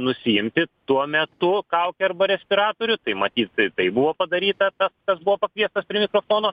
nusiimti tuo metu kaukę arba respiratorių tai matyt tai buvo padaryta tas kas buvo pakviestas prie mikrofono